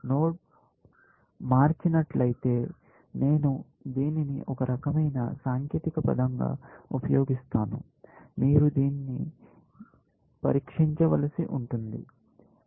node మార్చినట్లయితే నేను దీనిని ఒక రకమైన సాంకేతిక పదంగా ఉపయోగిస్తున్నాను మీరు దీన్ని పరీక్షించ వలసి ఉంటుంది